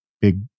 big